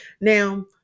Now